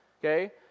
okay